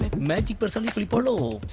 magic but so pearl,